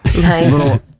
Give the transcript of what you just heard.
Nice